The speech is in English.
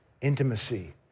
intimacy